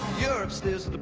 you're upstairs